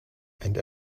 and